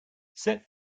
set